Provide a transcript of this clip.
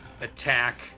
attack